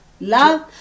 love